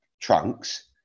trunks